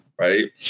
right